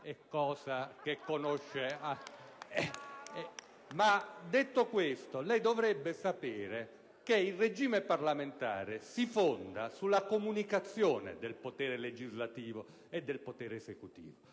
è cosa che conosce bene. Ma detto questo, lei dovrebbe sapere che il regime parlamentare si fonda sulla comunicazione del potere legislativo e del potere esecutivo,